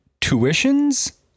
tuitions